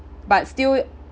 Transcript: but still